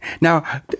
now